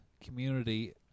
community